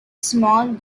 small